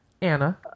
anna